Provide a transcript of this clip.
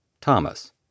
Thomas